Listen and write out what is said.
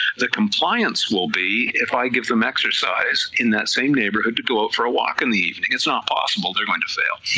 the compliance will be if i give them exercise in that same neighborhood to go out for a walk in the evening, it's not possible, there are going to fail.